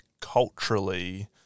culturally